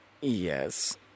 Yes